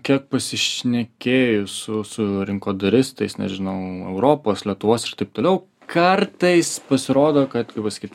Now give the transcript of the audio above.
kiek pasišnekėjus su su rinkodaristais nežinau europos lietuvos ir taip toliau kartais pasirodo kad kaip pasakyt